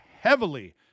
heavily